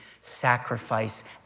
sacrifice